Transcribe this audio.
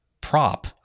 Prop